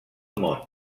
món